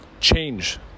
change